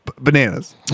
Bananas